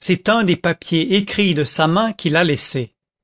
c'est un des papiers écrits de sa main qu'il a laissés